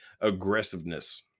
aggressiveness